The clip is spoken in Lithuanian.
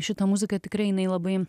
šita muzika tikrai jinai labai